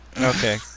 Okay